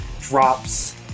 drops